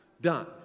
done